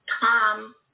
Tom